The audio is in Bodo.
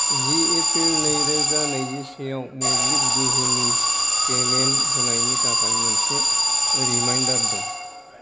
जि एप्रिल नै रोजा नैजिसेयाव मोब्लिब गोहोनि पेमेन्ट होनायनि थाखाय मोनसे रिमाइन्डार दोन